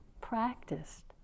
practiced